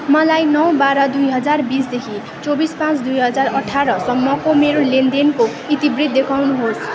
मलाई नौ बाह्र दुई हजार बिसदेखि चौबिस पाँच दुई हजार अठारसम्मको मेरो लेनदेनको इतिवृत्त देखाउनुहोस्